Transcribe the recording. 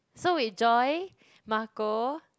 so wait Joy Marco